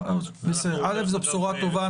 זו בשורה טובה.